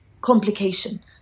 complication